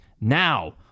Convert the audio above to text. Now